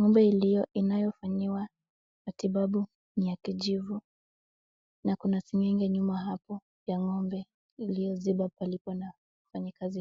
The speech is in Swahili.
Ng'ombe inayofanyiwa matibabu ni ya kijivu na kuna sing'enge nyuma hapo ya ngombe iliyoziba palipo na wafanyikazi.